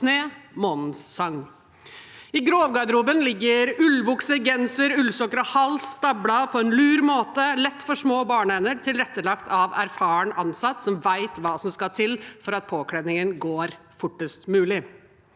I grovgarderoben ligger ullbukse, genser, ullsokker og hals stablet på en lur måte som er lett for små barnehender, tilrettelagt av en erfaren ansatt som vet hva som skal til for at påkledningen skal gå fortest mulig.